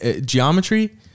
Geometry